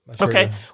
Okay